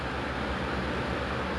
mm